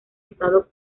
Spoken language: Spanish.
estado